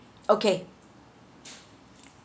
okay